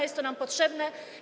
Jest to nam potrzebne.